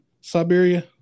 Siberia